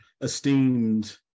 esteemed